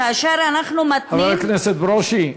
כאשר אנחנו מתנים --- חבר הכנסת ברושי.